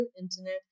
internet